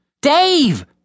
Dave